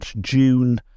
June